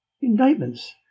indictments